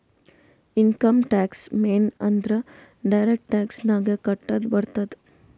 income tax ಮೇನ್ ಅಂದುರ್ direct tax ನಾಗೆ ಕಟ್ಟದ್ ಬರ್ತುದ್